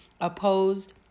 opposed